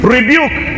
Rebuke